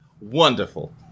Wonderful